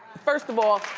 first of all